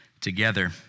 together